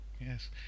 Yes